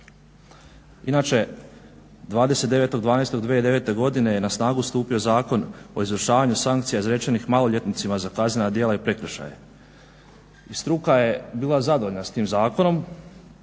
Inače 29.12.2009.godine na snagu je stupio Zakon o izvršavanju sankcija izrečenih maloljetnicima za kaznena djela i prekršaje. Struka je bila zadovoljna s tim zakonom